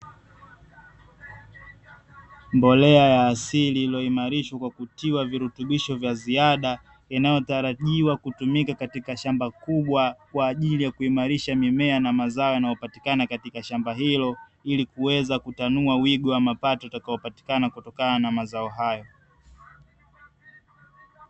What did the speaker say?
Mbolea ya asili iliyoimarishwa kwa kutiwa virutubisho vya ziada, inayotarajiwa kutumika katika shamba kubwa, kwa ajili ya kuimarisha mimea na mazao yanayopatika katika shamba hilo, ili kuweza kutanua wigo wa mapato yatakaopatikana kutokana na mazao hayo.